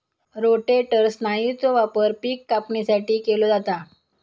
rotator स्नायूचो वापर पिक कापणीसाठी केलो जाता